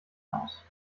aus